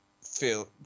feel